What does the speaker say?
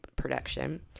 production